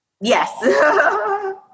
Yes